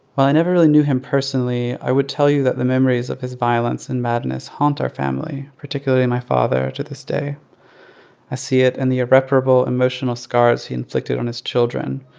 while i never really knew him personally, i would tell you that the memories of his violence and madness haunt our family, particularly my father, to this day. i see it in and the irreparable emotional scars he inflicted on his children